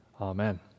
Amen